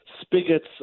spigots